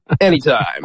Anytime